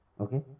okay